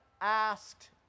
asked